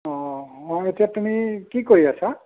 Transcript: অ' এতিয়া তুমি কি কৰি আছা